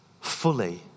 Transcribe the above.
fully